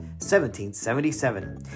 1777